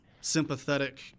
sympathetic